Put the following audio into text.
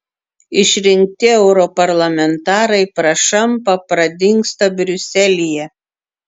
išrinkti europarlamentarai prašampa pradingsta briuselyje